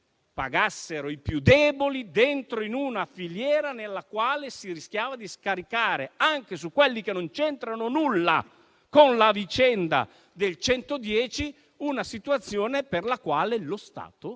pagassero i più deboli in una filiera nella quale si rischiava di scaricare -anche su quelli che non c'entrano nulla con la vicenda del superbonus - una situazione per la quale lo Stato